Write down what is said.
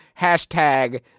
Hashtag